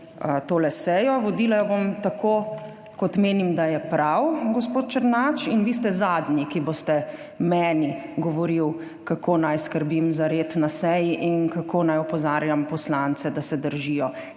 to sejo. Vodila jo bom tako, kot menim, da je prav, gospod Černač. In vi ste zadnji, ki boste meni govorili, kako naj skrbim za red na seji in kako naj opozarjam poslance, da se držijo